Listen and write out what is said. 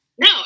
No